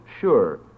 sure